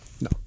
No